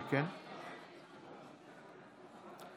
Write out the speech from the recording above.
(קורא בשמות חברי הכנסת)